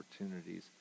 opportunities